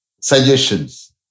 suggestions